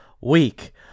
week